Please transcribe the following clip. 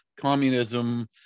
communism